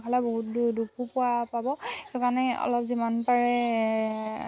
নহ'লে বহুত দু দুখো পোৱা পাব সেইটো কাৰণে অলপ যিমান পাৰে